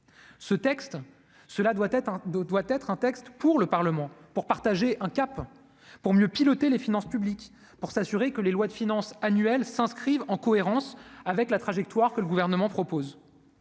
être un deux doit être un texte pour le Parlement, pour partager un cap pour mieux piloter les finances publiques pour s'assurer que les lois de finance annuelles s'inscrivent en cohérence avec la trajectoire que le gouvernement propose